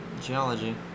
geology